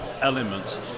elements